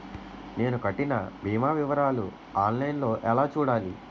నేను కట్టిన భీమా వివరాలు ఆన్ లైన్ లో ఎలా చూడాలి?